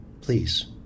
Please